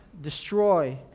destroy